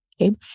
Okay